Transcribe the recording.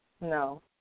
no